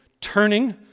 turning